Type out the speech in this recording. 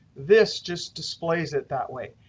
this just displays it that way.